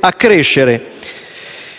a crescere.